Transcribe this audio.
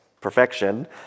perfection